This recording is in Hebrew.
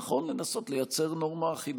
נכון לנסות לייצר נורמה אחידה לכולם.